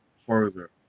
further